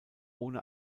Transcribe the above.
ohne